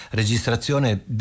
registrazione